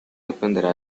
dependerá